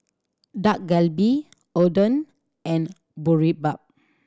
Dak Galbi Oden and Boribap